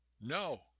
No